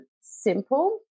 simple